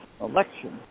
election